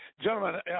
Gentlemen